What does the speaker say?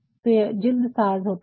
तो यह जिल्दसाज होता है